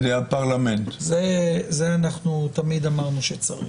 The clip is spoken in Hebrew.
זה אנחנו תמיד אמרנו שצריך.